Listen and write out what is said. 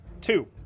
two